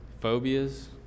phobias